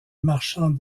marchands